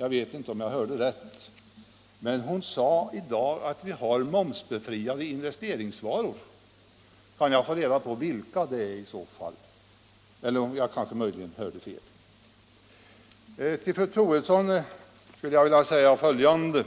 Jag tyckte att hon sade att vi i dag har momsbefriade investeringsvaror. Kan jag få reda på vilka det är i så fall? Eller hörde jag fel? Till fru Troedsson vill jag säga att alla